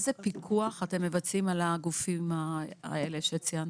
איזה פיקוח אתם מבצעים על הגופים האלה שציינת?